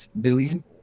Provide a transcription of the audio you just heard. billion